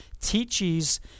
teaches